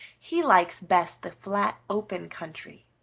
he likes best the flat, open country.